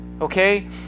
Okay